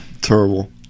Terrible